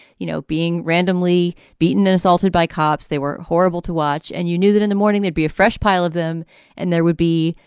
you know, being randomly beaten, and assaulted by cops. they were horrible to watch. and you knew that in the morning there'd be a fresh pile of them and there would be,